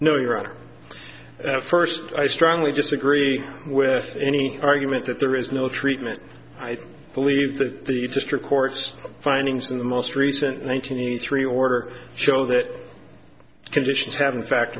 no you're on a first i strongly disagree with any argument that there is no treatment i think believe that the district court's findings in the most recent one nine hundred eighty three order show that conditions have in fact